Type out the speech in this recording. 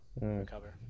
Recover